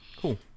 Cool